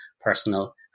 personal